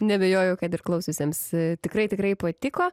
neabejoju kad ir klausiusiems tikrai tikrai patiko